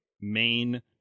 main